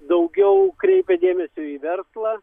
daugiau kreipia dėmesio į verslą